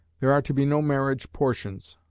there are to be no marriage portions,